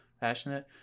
passionate